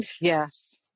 Yes